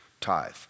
Tithe